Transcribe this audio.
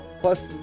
Plus